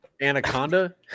Anaconda